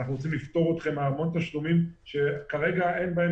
אנחנו רוצים לפטור אתכם מהמון תשלומים שכרגע אין בהם